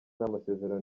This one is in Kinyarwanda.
n’amasezerano